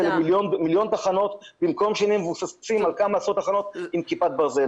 למיליון תחנות במקום שנהיה עם כמה עשרות תחנות עם כיפת ברזל.